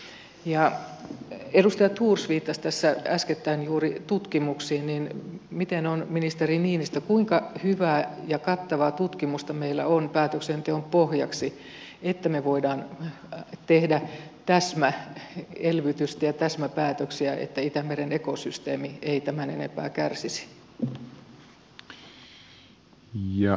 kun edustaja thors viittasi tässä äskettäin juuri tutkimuksiin niin miten on ministeri niinistö kuinka hyvää ja kattavaa tutkimusta meillä on päätöksenteon pohjaksi että me voimme tehdä täsmäelvytystä ja täsmäpäätöksiä jotta itämeren ekosysteemi ei tämän enempää kärsisi